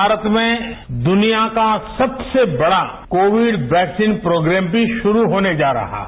भारत में दनिया का सबसे बड़ा कोविड वैक्सीन प्रोग्रेम भी शुरू होने जा रहा है